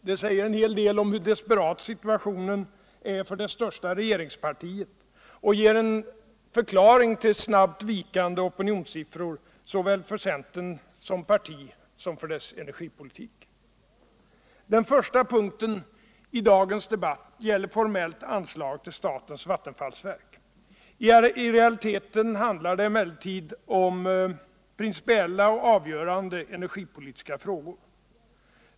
Det säger en hel del om hur desperat situationen är för det största regeringspartiet och ger en förklaring till snabbt vikande opinionssiffror såväl för centern som parti som för dess energipolitik. Herr talman! Den första punkten i dagens debauwt gäller formellt anslaget till statens vattenfallsverk. I realiteten handlar det emellertid om principiella och avgörande energipolitiska frågor.